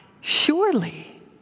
surely